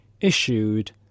issued